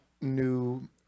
new